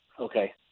Okay